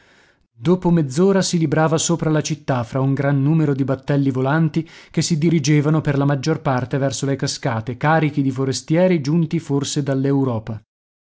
dopo mezz'ora si librava sopra la città fra un gran numero di battelli volanti che si dirigevano per la maggior parte verso le cascate carichi di forestieri giunti forse